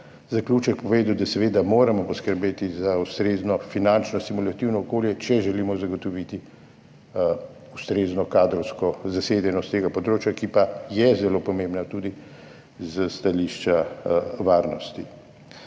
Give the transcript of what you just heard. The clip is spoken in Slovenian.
zaključek povedal, da moramo poskrbeti za ustrezno finančno stimulativno okolje, če želimo zagotoviti ustrezno kadrovsko zasedenost tega področja, ki pa je zelo pomembna tudi s stališča varnosti.